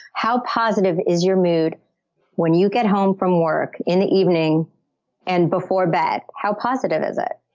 how positive is your mood when you get home from work in the evening and before bed? how positive is it?